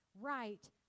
right